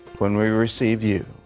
when we receive you,